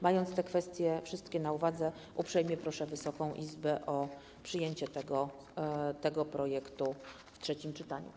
Mając te wszystkie kwestie na uwadze, uprzejmie proszę Wysoką Izbę o przyjęcie tego projektu w trzecim czytaniu.